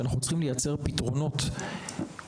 כך שאנחנו צריכים לייצר פתרונות מקוריים,